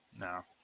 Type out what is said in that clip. No